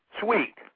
Sweet